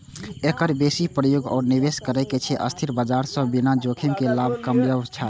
एकर बेसी प्रयोग ओ निवेशक करै छै, जे अस्थिर बाजार सं बिना जोखिम के लाभ कमबय चाहै छै